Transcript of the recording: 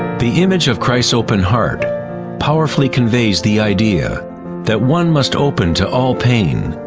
the image of christ's open heart powerfully conveys the idea that one must open to all pain.